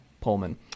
Pullman